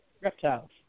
reptiles